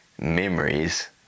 memories